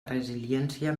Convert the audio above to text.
resiliència